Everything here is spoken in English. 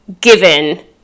given